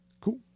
Cool